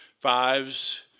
fives